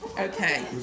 Okay